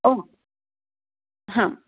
ओ